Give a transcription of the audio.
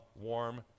warm